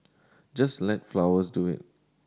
just let flowers do it